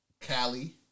Cali